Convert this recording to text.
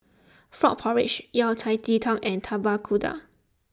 Frog Porridge Yao Cai Ji Tang and Tapak Kuda